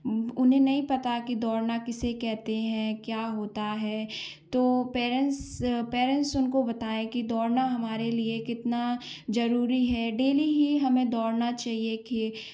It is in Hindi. उन उन्हें नहीं पता कि दौड़ना किसे कहते हैं क्या होता है तो पेरेंट्स पेरेंट्स उनको बताएं कि दौड़ना हमारे लिए कितना ज़रूरी है डेली ही हमें दौड़ना चाहिए के